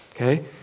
Okay